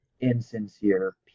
insincere